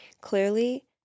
clearly